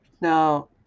Now